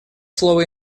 слово